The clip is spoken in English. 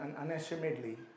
unashamedly